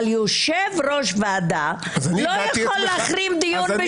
אבל יושב-ראש ועדה לא יכול להחרים דיון.